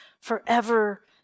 forever